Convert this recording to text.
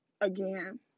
again